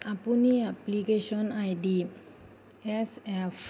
আপুনি application I D S F